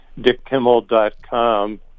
DickKimmel.com